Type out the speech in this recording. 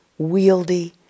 wieldy